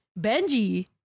Benji